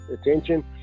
attention